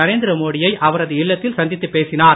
நரேந்திர மோடியை அவரது இல்லத்தில் சந்தித்து பேசினார்